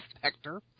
Hector